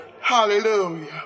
Hallelujah